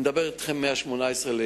אני מדבר על פרק הזמן מ-18 בינואר,